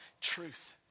truth